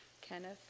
Kenneth